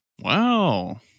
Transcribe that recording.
Wow